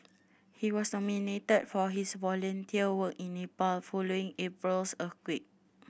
he was nominated for his volunteer work in Nepal following April's earthquake